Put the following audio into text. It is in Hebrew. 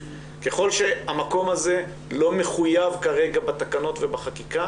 ככל שהמקום הזה לא מחויב כרגע בתקנות ובחקיקה